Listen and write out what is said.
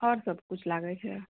आओर सभकिछु लागैत छै